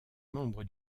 membre